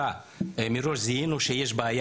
שנים --- מלכתחילה זיהינו שיש בעיה